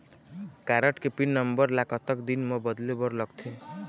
Card के pin number ला कतक दिन म बदले बर लगथे?